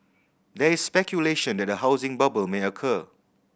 there is speculation that a housing bubble may occur